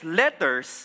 letters